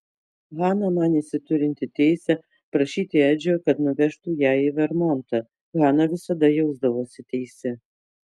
hana manėsi turinti teisę prašyti edžio kad nuvežtų ją į vermontą hana visada jausdavosi teisi